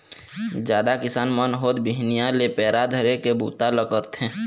जादा किसान मन होत बिहनिया ले पैरा धरे के बूता ल करथे